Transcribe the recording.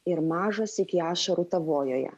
ir mažas iki ašarų tavojoje